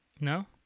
No